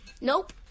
Nope